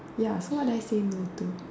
ya so what did I say no to